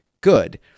good